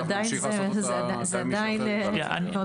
ואנחנו נמשיך לעשות אותה גם אם מישהו אחר ---.